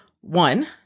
One